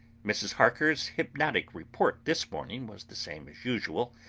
mrs. harker's hypnotic report this morning was the same as usual,